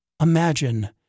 imagine